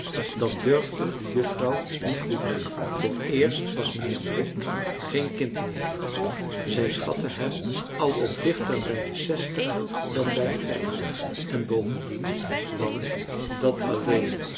dat durfde de juffrouw niet goed vooreerst was mijnheer blik geen kind meer zij schatte hem al op dichter bij de zestig dan bij de vijftig en bovendien want dat alleen